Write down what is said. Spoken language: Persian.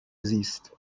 زیست